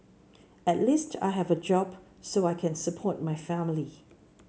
at least I have a job so I can support my family